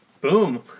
Boom